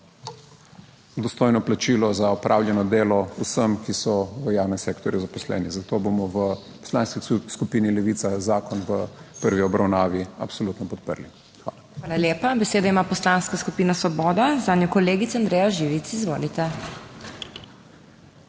dostojno plačilo za opravljeno delo vsem, ki so v javnem sektorju zaposleni. Zato bomo v Poslanski skupini Levica zakon v prvi obravnavi absolutno podprli. Hvala. **PODPREDSEDNICA MAG. MEIRA HOT:** Hvala lepa. Besedo ima Poslanska skupina Svoboda, zanjo kolegica Andreja Živic. Izvolite.